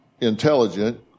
intelligent